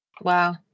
Wow